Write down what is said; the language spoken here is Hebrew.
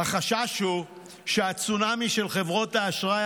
החשש הוא שהצונאמי של חברות האשראי